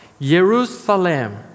Jerusalem